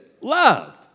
love